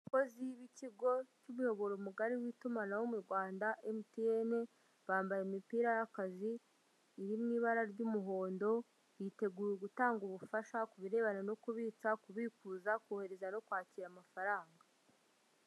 Abakozi b'ikigo cy'uyoboro mugari w'itumanaho mu Rwanda MTN, bambaye imipira y'akazi iri mu ibara ry'umuhondo, biteguye gutanga ubufasha ku birebana no kubitsa, ku bikuza, kohereza no kwakira amafaranga.